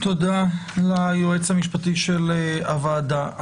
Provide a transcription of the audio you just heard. תודה ליועץ המשפטי של הוועדה.